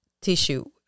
tissue